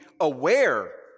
aware